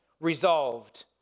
resolved